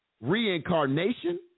reincarnation